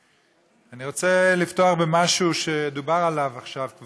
אני רוצה לפתוח במשהו שכבר דובר עליו עכשיו,